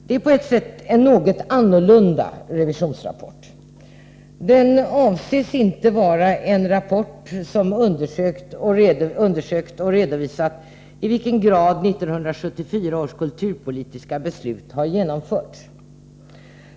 Det är på ett sätt en något annorlunda revisionsrapport. Den avses inte vara en rapport som har undersökt och redovisat i vilken grad 1974 års kulturpolitiska beslut har genomförts.